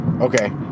okay